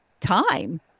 time